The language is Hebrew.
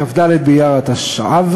כ"ד באייר התשע"ו,